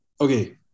okay